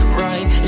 right